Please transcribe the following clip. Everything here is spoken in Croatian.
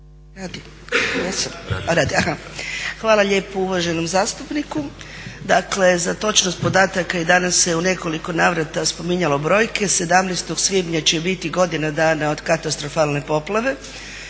Hvala lijepo uvaženom zastupniku. Dakle za točnost podataka i danas se u nekoliko navrata spominjalo brojke, 17. svibnja će biti godina dana od katastrofalne poplave.